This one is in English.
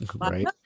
right